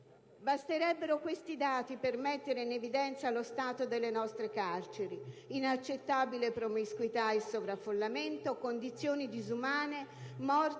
Basterebbero questi dati per mettere in evidenza lo stato delle nostre carceri: inaccettabile promiscuità e sovraffollamento, condizioni disumane, morti,